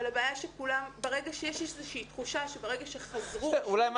אבל ברגע שיש תחושה שכולם חזרו --- אולי מה